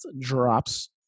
drops